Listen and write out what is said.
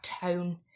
tone